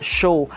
show